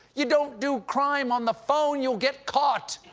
you don't do crime on the phone. you'll get caught.